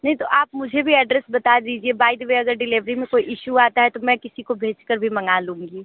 नहीं तो आप मुझे भी एड्रेस बता दीजिए बाय द वे अगर डिलीवरी में कोई इश्यू आता है तो मैं किसी को भेज के भी मंगा लूँगी